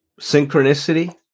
synchronicity